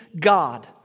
God